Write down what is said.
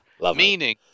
Meaning